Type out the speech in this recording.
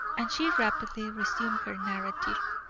and she rapidly resumed her narrative.